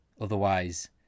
Otherwise